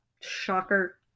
Shocker